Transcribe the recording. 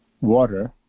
water